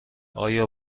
آیا